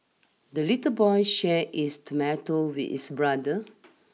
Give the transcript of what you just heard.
the little boy shared his tomato with his brother